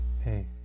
Hey